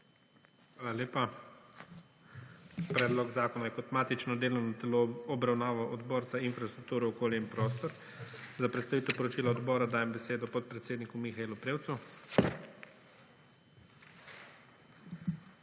Hvala lepa. Predlog zakona je kot matično delovno telo obravnaval Odbor za infrastrukturo, okolje in prostor. Za predstavitev poročila odbora dajem besedo podpredsedniku Mihaelu Prevcu.